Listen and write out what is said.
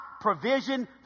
provision